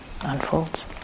unfolds